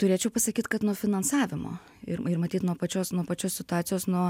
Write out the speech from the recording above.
turėčiau pasakyt kad nuo finansavimo ir ir matyt nuo pačios nuo pačios situacijos nuo